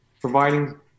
providing